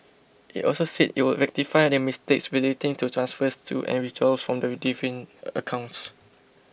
it also said it would rectify the mistakes relating to transfers to and withdrawals from the different accounts